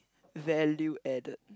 value added